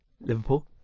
Liverpool